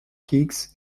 gigs